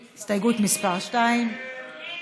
הסתייגות מס' 2. מי בעד?